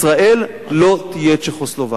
ישראל לא תהיה צ'כוסלובקיה".